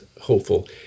hopeful